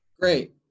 Great